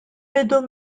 bidu